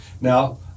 Now